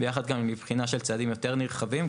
יחד גם בחינה של צעדים יותר נרחבים,